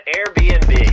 Airbnb